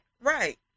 Right